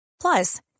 Plus